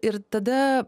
ir tada